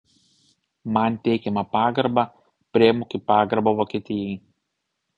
man teikiamą pagarbą priimu kaip pagarbą vokietijai